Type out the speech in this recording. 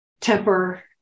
temper